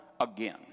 again